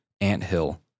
anthill